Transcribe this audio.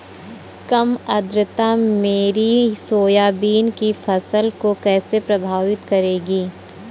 कम आर्द्रता मेरी सोयाबीन की फसल को कैसे प्रभावित करेगी?